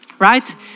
Right